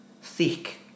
thick